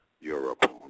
Europe